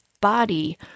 body